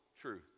truth